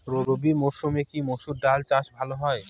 রবি মরসুমে কি মসুর ডাল চাষ ভালো হয়?